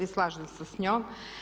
Slažem se s njom.